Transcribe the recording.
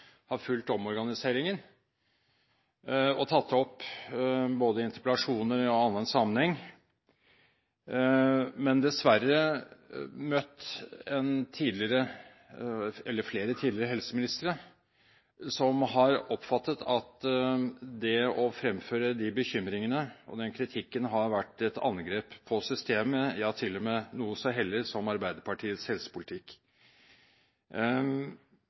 har fulgt omorganiseringen og tatt det opp både i interpellasjoner og i annen sammenheng, men dessverre møtt flere tidligere helseministre som har oppfattet det slik at det å fremføre de bekymringene og den kritikken, har vært et angrep på systemet, ja, til og med noe så hellig som et angrep på Arbeiderpartiets helsepolitikk.